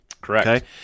Correct